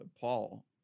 Paul